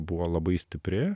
buvo labai stipri